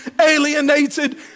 alienated